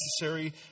necessary